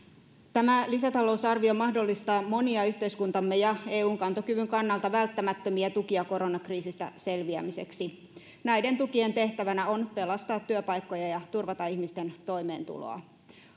tämä lisätalousarvio mahdollistaa monia yhteiskuntamme ja eun kantokyvyn kannalta välttämättömiä tukia koronakriisistä selviämiseksi näiden tukien tehtävänä on pelastaa työpaikkoja ja turvata ihmisten toimeentuloa